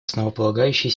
основополагающие